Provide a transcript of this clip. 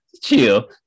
Chill